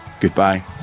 goodbye